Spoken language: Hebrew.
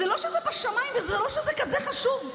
זה לא שזה בשמיים וזה לא שזה כזה חשוב.